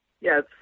Yes